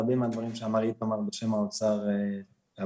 רבים מהדברים שאמר איתמר בשם האוצר להבנתי